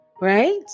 right